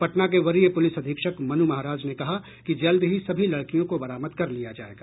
पटना के वरीय पुलिस अधीक्षक मनु महाराज ने कहा कि जल्द ही सभी लड़कियों को बरामद कर लिया जायेगा